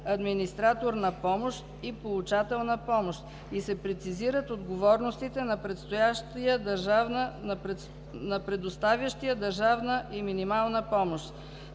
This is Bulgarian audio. „администратор на помощ” и „получател на помощ” и се прецизират отговорностите на предоставящия държавна и минимална помощ.